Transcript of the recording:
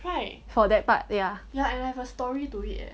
for that ya